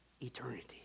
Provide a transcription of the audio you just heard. eternity